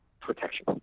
protection